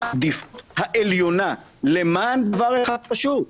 העדיפות העליונה למען דבר אחד חשוב,